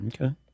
Okay